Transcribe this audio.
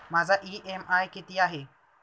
माझा इ.एम.आय किती आहे?